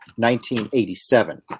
1987